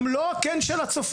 גם לא המבנה של הקן של הצופים;